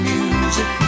Music